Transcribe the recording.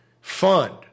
fund